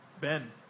Ben